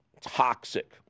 toxic